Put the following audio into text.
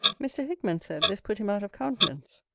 mr. hickman said, this put him out of countenance.